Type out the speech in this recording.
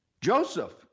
Joseph